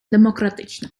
демократично